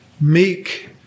meek